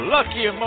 Lucky